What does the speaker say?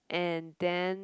and then